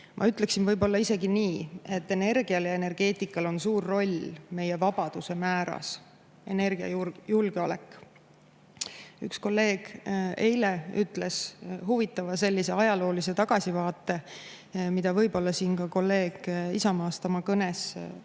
Ma ütleksin võib-olla isegi nii, et energial ja energeetikal on suur roll meie vabaduse määras – energiajulgeolek. Üks kolleeg tegi eile huvitava ajaloolise tagasivaate, mida ka kolleeg Isamaast oma kõnes mainis,